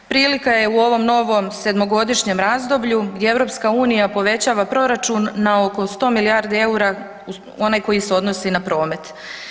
Prilika je u ovom novom sedmogodišnjem razdoblju gdje EU povećava proračun na oko 100 milijardi eura onaj koji se odnosi na promet.